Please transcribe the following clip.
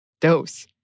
dose